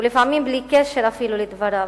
ולפעמים אפילו בלי קשר לדבריו,